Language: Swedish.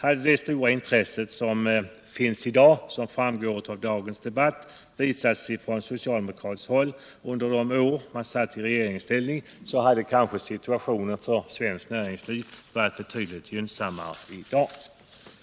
Hade det stora intresse som visas i dagens debatt också visats ifrån socialdemokratiskt håll under de år de satt i regeringsställning hade situationen för det svenska näringslivet sannolikt varit betydligt gynnsammare i dag.